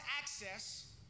access